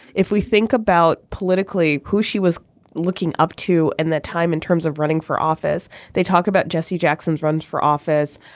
if we think about politically who she was looking up to in that time in terms of running for office they talk about jesse jackson's runs for office.